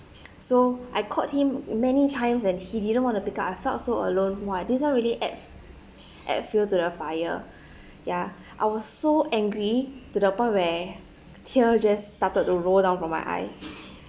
so I called him many times and he didn't want to pick up I felt so alone !wah! this one really add add fuel to the fire ya I was so angry to the point where tear just started to roll down from my eye